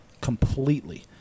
completely